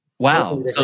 Wow